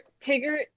tigger